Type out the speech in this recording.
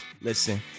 Listen